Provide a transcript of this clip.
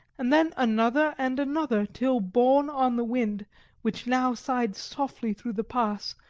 and then another and another, till, borne on the wind which now sighed softly through the pass,